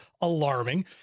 alarming